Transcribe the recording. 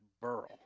burl